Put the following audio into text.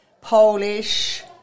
Polish